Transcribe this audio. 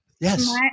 Yes